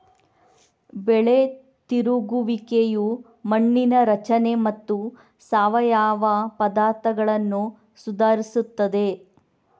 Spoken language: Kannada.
ಬೆಳೆ ತಿರುಗುವಿಕೆಯು ಮಣ್ಣಿನ ರಚನೆ ಮತ್ತು ಸಾವಯವ ಪದಾರ್ಥಗಳನ್ನು ಸುಧಾರಿಸುತ್ತದೆ